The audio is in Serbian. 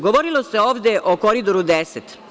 Govorilo se ovde o Koridoru 10.